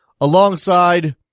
alongside